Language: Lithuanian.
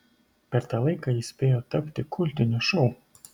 per tą laiką jis spėjo tapti kultiniu šou